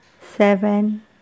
seven